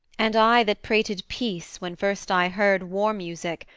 and i that prated peace, when first i heard war-music,